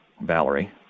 Valerie